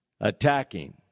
attacking